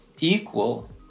equal